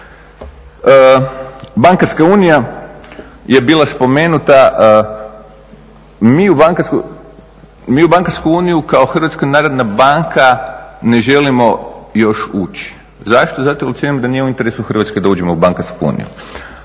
Bankarska unija je bila spomenuta. Mi u bankarsku uniju kao HNB ne želimo još ući. Zašto? Zato jer … da nije u interesu Hrvatske da uđemo u bankarsku uniju.